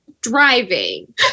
driving